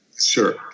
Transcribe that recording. Sure